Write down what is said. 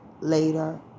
later